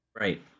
Right